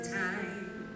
time